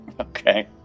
Okay